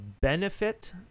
benefit